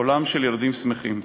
עולם של ילדים שמחים.